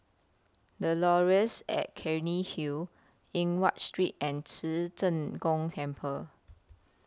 The Laurels At Cairnhill Eng Watt Street and Ci Zheng Gong Temple